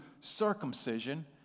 circumcision